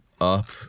up